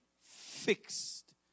fixed